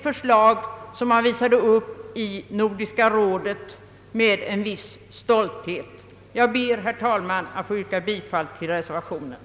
Förslag som man visade upp vid Nordiska rådet med en viss stolthet. Jag ber, herr talman, att få yrka bifall till reservation 7.